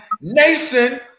nation